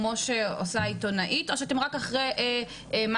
כמו שעושה העיתונאית מאשה,